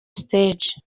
stage